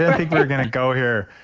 yeah think you're going to go here.